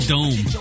Dome